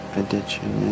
addiction